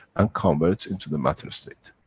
and converts into the matter-state.